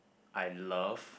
I love